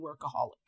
workaholic